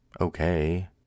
okay